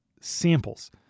samples